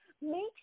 make